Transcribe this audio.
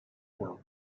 were